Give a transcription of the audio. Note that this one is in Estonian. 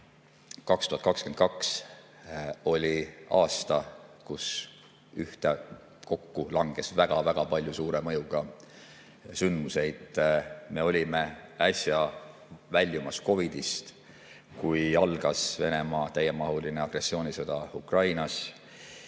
2022 oli aasta, kui langes kokku väga-väga palju suure mõjuga sündmuseid. Me olime äsja väljumas COVID-ist, kui algas Venemaa täiemahuline agressioonisõda Ukrainas,